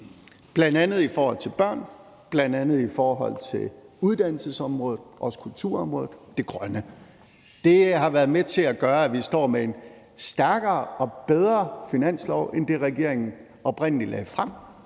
med, bl.a. i forhold til børn, i forhold til uddannelsesområdet og også kulturområdet og det grønne, og det har været med til at gøre, at vi står med en stærkere og bedre finanslov end det, regeringen oprindelig lagde frem,